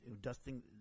dusting